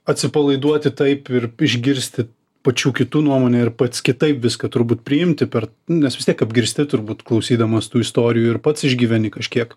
atsipalaiduoti taip ir išgirsti pačių kitų nuomonę ir pats kitaip viską turbūt priimti per nu nes vis tiek apgirsti turbūt klausydamas tų istorijų ir pats išgyveni kažkiek